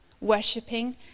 worshipping